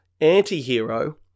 anti-hero